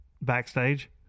backstage